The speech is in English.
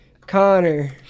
Connor